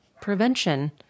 prevention